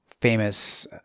famous